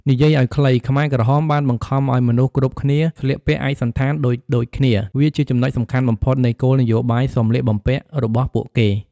និយាយឲ្យខ្លី ខ្មែរក្រហមបានបង្ខំឲ្យមនុស្សគ្រប់គ្នាស្លៀកពាក់ឯកសណ្ឋានដូចៗគ្នា វាជាចំណុចសំខាន់បំផុតនៃគោលនយោបាយសម្លៀកបំពាក់របស់ពួកគេ។